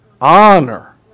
honor